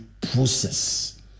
process